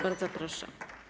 Bardzo proszę.